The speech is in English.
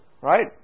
right